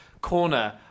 corner